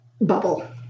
bubble